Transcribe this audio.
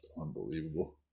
unbelievable